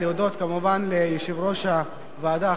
להודות כמובן ליושב-ראש הוועדה,